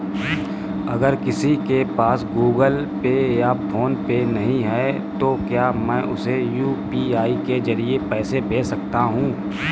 अगर किसी के पास गूगल पे या फोनपे नहीं है तो क्या मैं उसे यू.पी.आई के ज़रिए पैसे भेज सकता हूं?